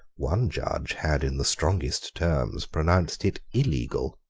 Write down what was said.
one judge had in the strongest terms pronounced it illegal.